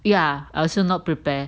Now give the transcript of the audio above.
ya I also not prepare